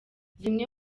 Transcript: zimwe